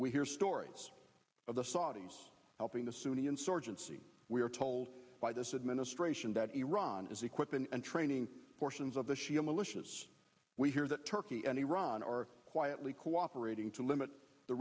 we hear stories of the saudis in the sunni insurgency we're told by this administration that iran is equipping and training portions of the shia militias we hear that turkey and iran are quietly cooperating to limit the